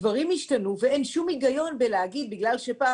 הדברים השתנו ואין שום היגיון בלהגיד שבגלל שפעם